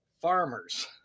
Farmers